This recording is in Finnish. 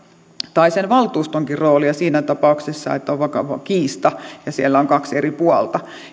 tai sen valtuustonkin roolia siinä tapauksessa että on vakava kiista ja siellä on kaksi eri puolta